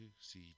see